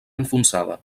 enfonsada